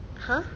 !huh!